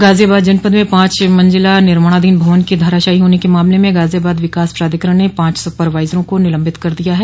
गाजियाबाद जनपद में पांच मंजिला निर्माणाधीन भवन के धराशायी होने के मामले में गाजियाबाद विकास प्राधिकरण ने पांच सुपरवाइजरों को निलम्बित कर दिया है